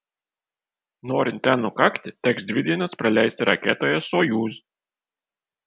norint ten nukakti teks dvi dienas praleisti raketoje sojuz